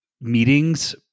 meetings